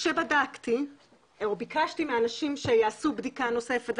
כשבדקתי או ביקשתי מאנשים שיעשו בדיקה נוספת,